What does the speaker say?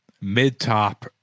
mid-top